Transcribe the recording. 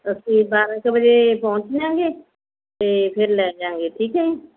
ਅਸੀਂ ਬਾਰ੍ਹਾਂ ਕੁ ਵਜੇ ਪਹੁੰਚ ਜਾਵਾਂਗੇ ਅਤੇ ਫੇਰ ਲੈ ਜਾਵਾਂਗੇ ਠੀਕ ਹੈ